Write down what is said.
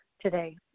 today